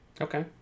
Okay